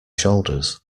shoulders